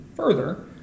Further